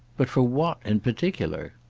but for what in particular?